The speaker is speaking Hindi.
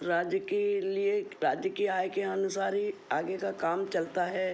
राज्य के लिए राज्य की आय के अनुसार ही आगे का काम चलता है